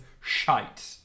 shite